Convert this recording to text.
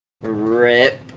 Rip